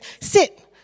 sit